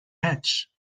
hatch